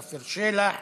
עפר שלח,